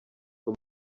two